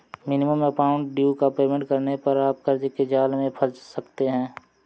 minimum amount due का payment करने पर आप कर्ज के जाल में फंस सकते हैं